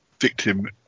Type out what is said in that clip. victim